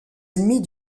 ennemis